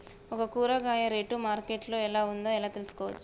ఒక కూరగాయ rate market లో ఎలా ఉందో ఎలా తెలుసుకోవచ్చు?